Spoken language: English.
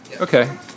Okay